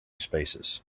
spaces